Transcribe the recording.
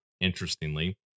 interestingly